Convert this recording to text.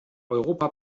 europa